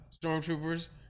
stormtroopers